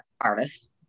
artist